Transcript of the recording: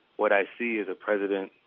what i see is a president,